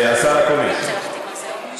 השר אקוניס,